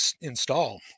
install